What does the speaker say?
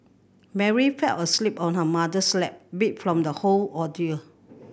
Mary fell asleep on her mother's lap beat from the whole ordeal